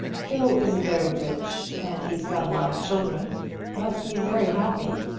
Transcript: phil isn't very rich, and he's got a lot of children but he's very happy.